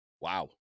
Wow